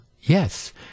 Yes